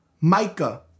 Micah